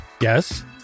Yes